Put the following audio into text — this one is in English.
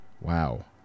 Wow